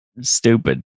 stupid